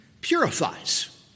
purifies